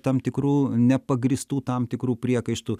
tam tikrų nepagrįstų tam tikrų priekaištų